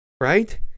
right